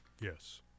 Yes